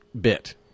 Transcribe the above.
bit